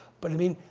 but i mean,